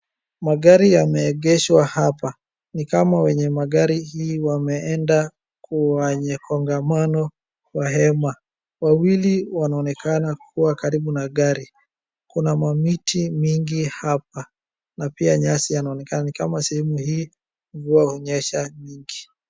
Magari yameengeshwa hapa. Ni kama wenye magari hii wameenda kwenye kongamano kwa hema. Wawili wanaonekana kuwa karibu na gari. Kuna mamiti mingi hapa na pia nyasi yanaonekana ni kama sehemu mvua hunyesha nyingi.